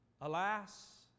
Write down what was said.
alas